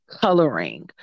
coloring